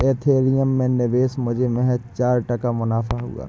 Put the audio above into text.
Ethereum में निवेश मुझे महज चार टका मुनाफा हुआ